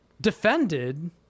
defended